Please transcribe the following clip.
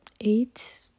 eight